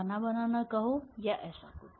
खाना बनाना कहो या ऐसा कुछ